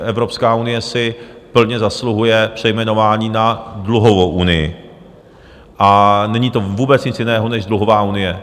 Evropská unie si plně zasluhuje přejmenování na dluhovou unii a není to vůbec nic jiného než dluhová unie.